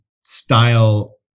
style